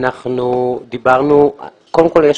קודם כל,